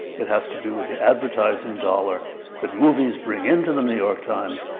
it has to do with the advertising dollar that movies bring into the new york times,